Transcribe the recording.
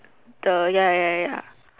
the ya ya ya